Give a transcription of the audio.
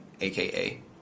AKA